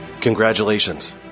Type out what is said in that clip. Congratulations